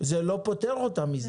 זה לא פוטר אותם מזה.